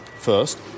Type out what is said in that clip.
first